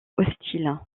hostile